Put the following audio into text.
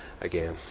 again